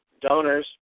donors